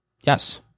Yes